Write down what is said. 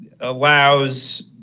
allows